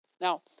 Now